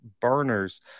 burners